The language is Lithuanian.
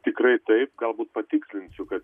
tikrai taip galbūt patikslinsiu kad